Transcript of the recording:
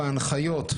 בהנחיות,